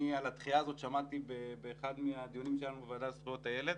על הדחייה הזאת שמעתי באחד מהדיונים שהיו בוועדה לזכויות הילד.